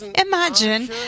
imagine